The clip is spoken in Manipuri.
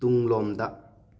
ꯇꯨꯡꯂꯣꯝꯗ